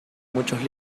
muchos